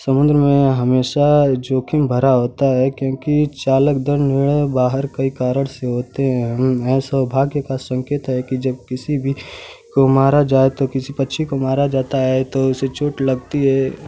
समझना हमेशा जोखिम भरा होता है क्योंकि चालक दल जो है बाहर कई कारण से होते हैं यह सौभाग्य का संकेत है कि जब किसी भी को मारा जाए तो किसी पक्षी को मारा जाता है तो उसे चोट लगती है